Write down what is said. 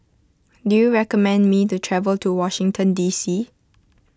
do you recommend me to travel to Washington D C